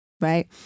right